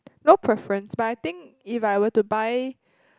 no preference but I think if I were to buy erm